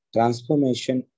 Transformation